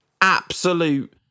absolute